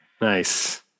Nice